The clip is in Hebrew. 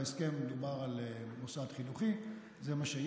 בהסכם דובר על מוסד חינוכי, וזה מה שיהיה.